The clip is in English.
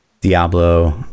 Diablo